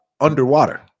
underwater